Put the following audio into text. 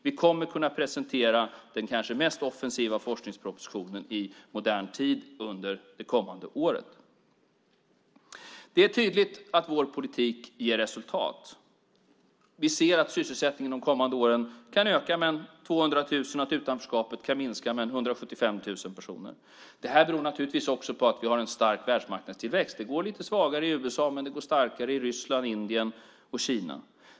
Vi kommer att kunna presentera den kanske mest offensiva forskningspropositionen i modern tid under det kommande året. Det är tydligt att vår politik ger resultat. Vi ser att sysselsättningen de kommande åren kan öka med 200 000 och att utanförskapet kan minska med 175 000 personer. Det beror naturligtvis också på att vi har en stark världsmarknadstillväxt. Det går lite svagare i USA, men det går starkare i Ryssland, Indien och Kina.